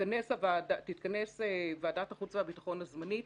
תתכנס ועדת החוץ והביטחון הזמנית,